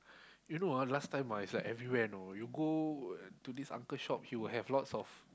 you know ah last time ah is like everywhere know you go to this uncle shop he will have lots of